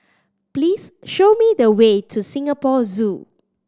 please show me the way to Singapore Zoo